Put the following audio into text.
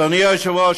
אדוני היושב-ראש,